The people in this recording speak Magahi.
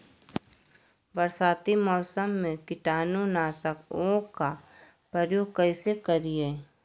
बरसाती मौसम में कीटाणु नाशक ओं का प्रयोग कैसे करिये?